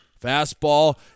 Fastball